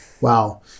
Wow